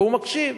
והוא מקשיב.